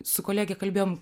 su kolege kalbėjom